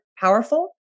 powerful